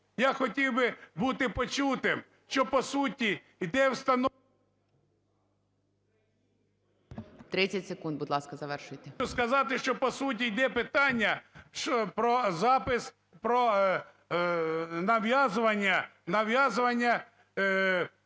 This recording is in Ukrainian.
Я хотів би бути почутим, що по суті йде встановлення… ГОЛОВУЮЧИЙ. 30 секунд, будь ласка, завершуйте. НІМЧЕНКО В.І. Хочу сказати, що по суті йде питання про запис про нав'язування,